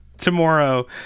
tomorrow